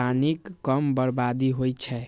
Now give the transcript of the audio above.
पानिक कम बर्बादी होइ छै